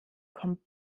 kommt